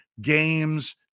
games